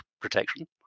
protection